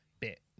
Bit